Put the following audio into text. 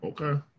Okay